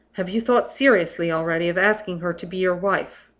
have you thought seriously already of asking her to be your wife?